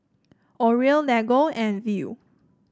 Oreo Lego and Viu